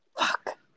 Fuck